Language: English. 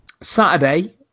saturday